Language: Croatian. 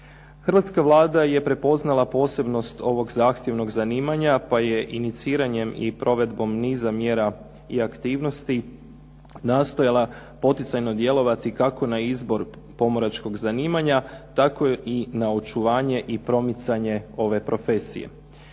Hrvatska Vlada je prepoznala posebnost ovog zahtjevnog zanimanja pa je iniciranjem i provedbom niza mjera i aktivnosti nastojala poticajno djelovati i kako na izbor pomoračkog zanimanja, tako i na očuvanje i promicanje ove profesije.